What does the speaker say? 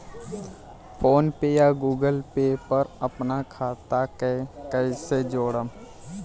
PhonePe या Google Pay पर अपना खाता के कईसे जोड़म?